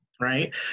right